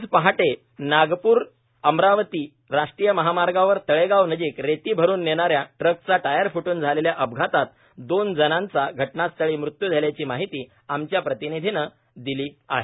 आज पहाटे नागपूर अमरावती राष्ट्रीय महामार्गावर तळेगाव नजिक रेती भरून नेणा या ट्रकचं टायर फुटूण झालेल्या अपघातात दोन जणांचा घटनास्थळी मृत्यू झाल्याची माहिती आमच्या प्रतिनिधीनं दिली आहे